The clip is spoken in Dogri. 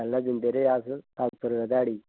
पैह्ले दिंदे रेह अस अट्ठ सौ रपेआ ध्याड़ी